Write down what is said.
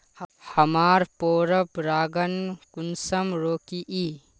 हमार पोरपरागण कुंसम रोकीई?